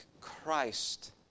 Christ